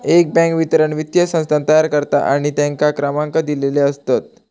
एक बॅन्क विवरण वित्तीय संस्थान तयार करता आणि तेंका क्रमांक दिलेले असतत